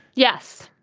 yes,